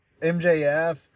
MJF